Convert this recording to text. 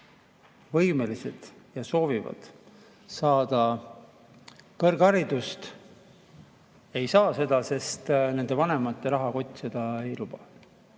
võimelised ja soovivad saada kõrgharidust, ei saa seda, sest nende vanemate rahakott seda ei luba?